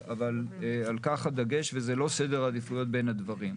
אבל על כך הדגש, וזה לא סדר העדיפויות בין הדברים.